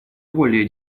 более